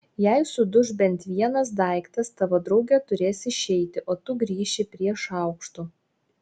jei suduš bent vienas daiktas tavo draugė turės išeiti o tu grįši prie šaukštų